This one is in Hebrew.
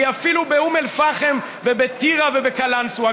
היא אפילו באום אל-פחם, ובטירה ובקלנסווה.